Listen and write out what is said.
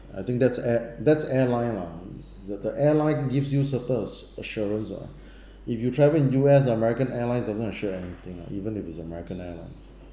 I think that's air that's airline lah the the airline give you certain a assurance uh if you travel in U_S american airlines doesn't assure anything lah even if it's a american airlines